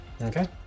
Okay